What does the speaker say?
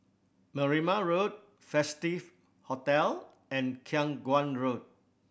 Berrima Road Festive Hotel and Khiang Guan Road